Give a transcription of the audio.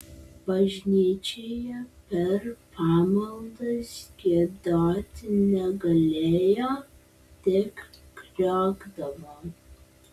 bažnyčioje per pamaldas giedoti negalėjo tik kriokdavo